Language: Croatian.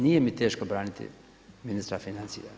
Nije mi teško braniti ministra financija.